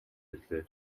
ирлээ